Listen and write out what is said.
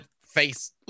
face